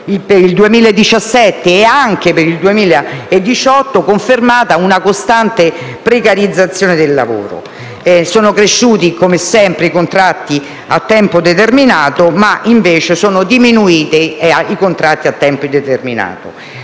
per il 2017, così come per il 2018, una costante precarizzazione del lavoro. Sono cresciuti, come sempre, i contratti a tempo determinato e sono diminuiti i contratti ai tempo indeterminato.